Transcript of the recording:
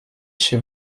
chez